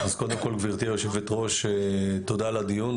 קודם כל גבירתי היושבת-ראש, תודה על הדיון.